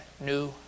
new